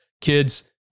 Kids